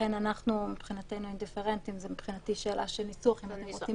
לכן אנחנו מבחינתנו אינדיפרנטים זה מבחינתי שאלה של ניסוח ואם רוצים